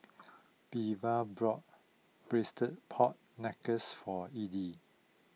Belva brought Braised Pork Knuckles for E D